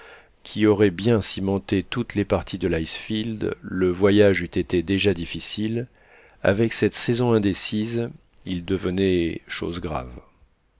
qui aurait bien cimenté toutes les parties de l'icefield le voyage eût été déjà difficile avec cette saison indécise il devenait chose grave